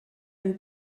ein